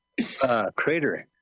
Cratering